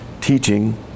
teaching